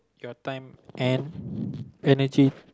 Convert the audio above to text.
your time and energy